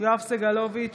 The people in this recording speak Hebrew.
יואב סגלוביץ'